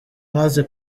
maze